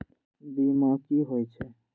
बीमा कि होई छई?